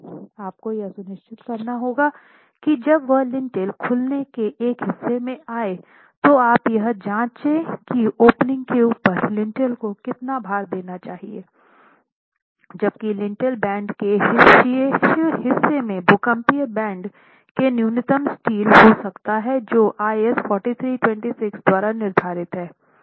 आपको यह सुनिश्चित करना होगा कि जब वह लिंटेल खुलने के एक हिस्से में आए तो आप यह जाँचे की ओपनिंग के ऊपर लिंटेल को कितना भार देना चाहिए जबकि लिंटेल बैंड के शेष हिस्से में भूकंपीय बैंड में न्यूनतम स्टील हो सकता है जो IS 4326 द्वारा निर्धारित हैं